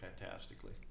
fantastically